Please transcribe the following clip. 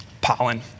pollen